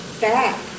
back